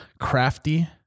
crafty